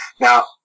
now